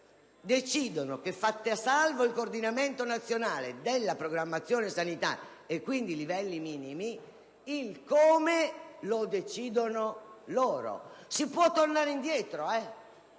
decidono, fatto salvo il coordinamento nazionale della programmazione sanitaria, e quindi i livelli minimi. In realtà decidono loro. Si può tornare indietro